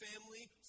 family